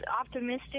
optimistic